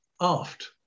aft